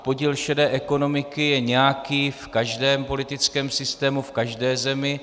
Podíl šedé ekonomiky je nějaký v každém politickém systému, v každé zemi.